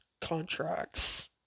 contracts